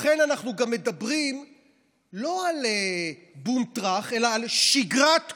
לכן אנחנו גם מדברים לא על בום טראח אלא על שגרת קורונה.